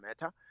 matter